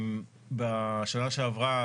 בשנה שעברה,